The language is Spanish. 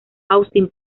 austin